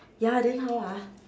ya then how ah